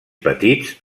petits